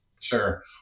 Sure